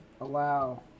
allow